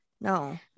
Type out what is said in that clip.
No